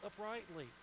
uprightly